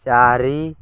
ଚାରି